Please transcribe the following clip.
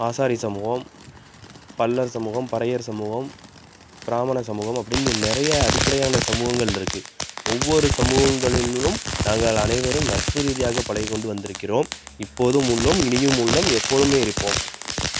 ஆசாரி சமூகம் பள்ளர் சமூகம் பறையர் சமூகம் பிராமண சமூகம் அப்படின்னு நிறைய அடிப்படையான சமூகங்கள் இருக்கு ஒவ்வொரு சமூகங்களிலும் நாங்கள் அனைவரும் நட்பு ரீதியாக பழகிக்கொண்டு வந்திருக்கிறோம் இப்போதும் உள்ளோம் இனியும் உள்ளோம் எப்போதுமே இருப்போம்